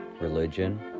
religion